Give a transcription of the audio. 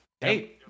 hey